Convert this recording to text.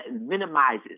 minimizes